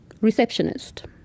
receptionist